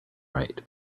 right